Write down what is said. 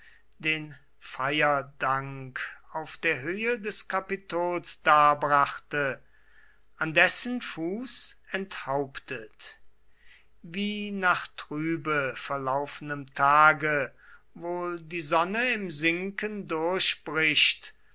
den feierdank auf der höhe des kapitols darbrachte an dessen fuß enthauptet wie nach trübe verlaufenem tage wohl die sonne im sinken durchbricht